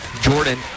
Jordan